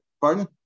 pardon